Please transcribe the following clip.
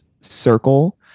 circle